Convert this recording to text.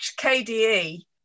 KDE